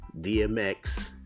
DMX